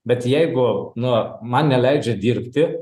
bet jeigu nu man neleidžia dirbti